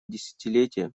десятилетие